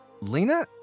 Lena